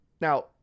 Now